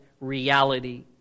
reality